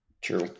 true